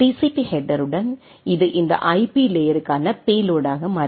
B ஹெட்டருடன் இது இந்த ஐபி லேயருக்கான பேலோடாக மாறுகிறது